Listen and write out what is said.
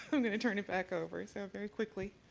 i'm going to turn it back over. so very quickly.